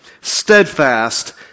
steadfast